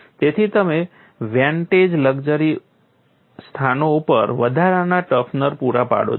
તેથી તમે વેન્ટેજ સ્થાનો ઉપર વધારાના ટફનર પૂરા પાડો છો